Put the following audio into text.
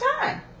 time